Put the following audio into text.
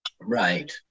Right